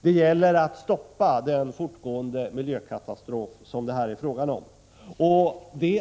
Det gäller att stoppa den fortgående miljökatastrof som det här är fråga om.